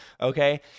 okay